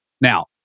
now